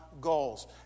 goals